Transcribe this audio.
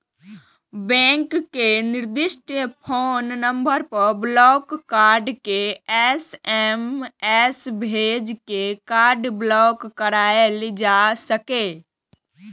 bank के निर्दिष्ट phone number पर ब्लॉक कार्ड के एस.एम.एस भेज के कार्ड ब्लॉक कराएल जा सकैए